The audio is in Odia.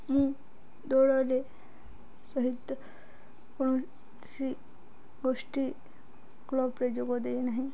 ମୁଁ ଦୌଡ଼ରେ ସହିତ କୌଣସି ଗୋଷ୍ଠୀ କ୍ଲବ୍ରେ ଯୋଗ ଦେଇ ନାହିଁ